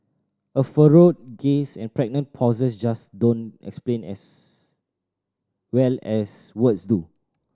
a furrowed gaze and pregnant pause just don't explain as well as words do